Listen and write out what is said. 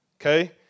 Okay